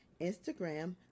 Instagram